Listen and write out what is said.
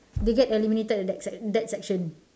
they get eliminated at that sect~ that section